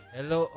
Hello